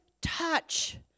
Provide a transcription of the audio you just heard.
touch